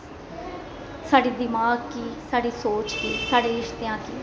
साढ़े दिमाग गी साढ़ी सोच गी साढ़े रिश्तेआं गी